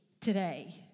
today